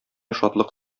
шатлык